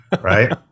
right